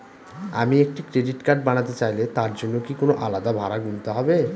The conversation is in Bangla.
আমি একটি ক্রেডিট কার্ড বানাতে চাইলে তার জন্য কি কোনো আলাদা ভাড়া গুনতে হবে?